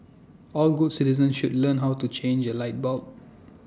all good citizens should learn how to change A light bulb